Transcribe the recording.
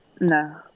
No